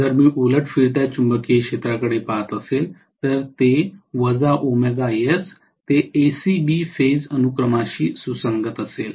जर मी उलट फिरत्या चुंबकीय क्षेत्राकडे पाहत असेल तर ते ACB फेज अनुक्रमाशी सुसंगत असेल